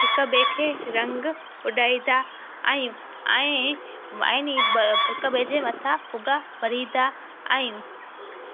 हिक ॿिए खे रंग उॾाईंदा आहियूं ऐं ऐंनी ॿ हिक ॿिए जे मथां फुॻा फोड़ींदा आहियूं